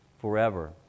forever